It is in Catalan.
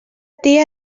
tia